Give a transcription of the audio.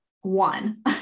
one